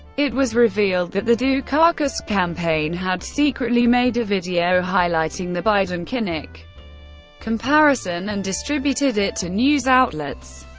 it was revealed that the dukakis campaign had secretly made a video highlighting the biden-kinnock comparison and distributed it to news outlets.